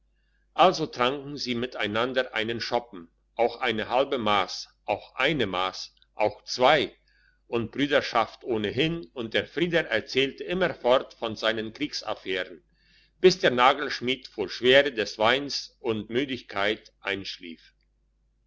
also tranken sie miteinander einen schoppen auch eine halbe mass auch eine mass auch zwei und brüderschaft ohnehin und der frieder erzählte immerfort von seinen kriegsaffären bis der nagelschmied vor schwere des weins und müdigkeit einschlief